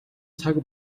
цаг